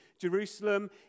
Jerusalem